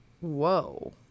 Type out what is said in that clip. whoa